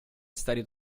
studied